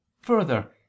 Further